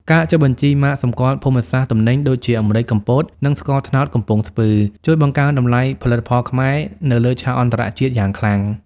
ការចុះបញ្ជី "ម៉ាកសម្គាល់ភូមិសាស្ត្រទំនិញ" ដូចជា ម្រេចកំពត និងស្ករត្នោតកំពង់ស្ពឺ ជួយបង្កើនតម្លៃផលិតផលខ្មែរនៅលើឆាកអន្តរជាតិយ៉ាងខ្លាំង។